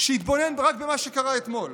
שיתבונן רק במה שקרה אתמול: